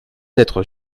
d’être